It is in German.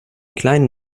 kleinen